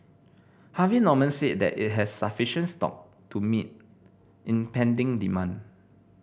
Harvey Norman said that it has sufficient stock to meet impending demand